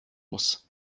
muss